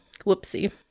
Whoopsie